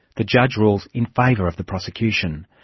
the judge rules in favour of the prosecution.